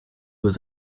was